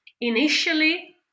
initially